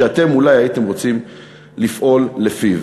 שאתם אולי הייתם רוצים לפעול לפיו.